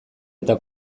eta